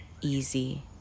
easy